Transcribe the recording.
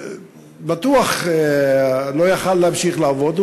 בטוח שהוא לא יוכל להמשיך לעבוד,